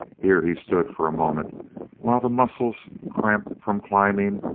here he stood for a moment while the muscles, cramped from climbing,